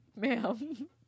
ma'am